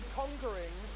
conquering